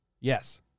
Yes